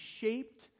shaped